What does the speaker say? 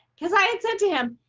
because i had said to him,